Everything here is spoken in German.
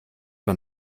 man